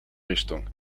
richtung